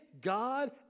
God